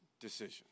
decision